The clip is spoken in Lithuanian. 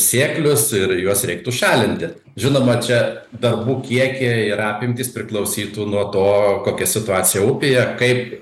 sėklius ir juos reiktų šalinti žinoma čia darbų kiekiai ir apimtys priklausytų nuo to kokia situacija upėje kaip